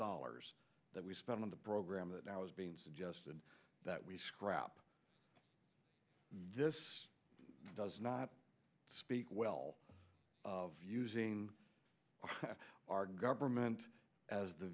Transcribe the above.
dollars that we spent on the program and now is being suggested that we scrap this does not speak well of using our government as the